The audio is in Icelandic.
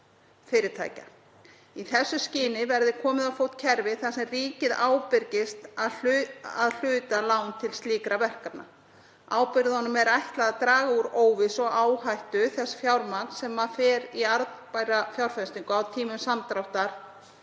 fyrirtækja. Í því skyni verði komið á fót kerfi þar sem ríkið ábyrgist að hluta lán til slíkra verkefna. Ábyrgðunum er ætlað að draga úr óvissu og áhættu þess fjármagns sem fer í arðbæra fjárfestingu á tímum samdráttar